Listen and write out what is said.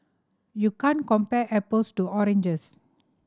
you can't compare apples to oranges